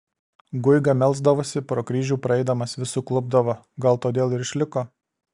guiga melsdavosi pro kryžių praeidamas vis suklupdavo gal todėl ir išliko